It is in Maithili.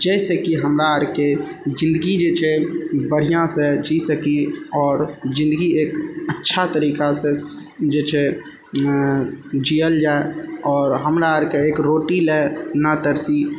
जाहि से कि हमरा आरके जिन्दगी जे छै बढ़िऑं से जी सकी आओर जिन्दगी एक अच्छा तरीका से जे छै जियल जाए आओर हमरा आरके एक रोटी लेल नहि तरसी